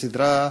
של סדרה,